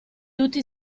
tutti